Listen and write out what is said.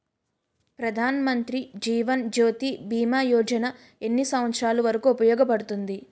ప్రధాన్ మంత్రి జీవన్ జ్యోతి భీమా యోజన ఎన్ని సంవత్సారాలు వరకు ఉపయోగపడుతుంది?